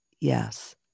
yes